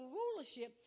rulership